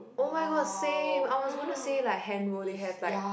oh my god same I was gonna say like handroll they have like